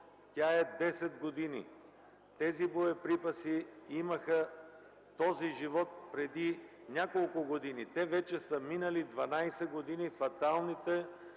живот 10 години. Тези боеприпаси имаха този живот преди няколко години. Те вече са минали фаталните